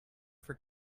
for